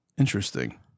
Interesting